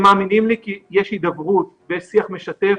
והם מאמינים לי כי יש הידברות ושיח משתף.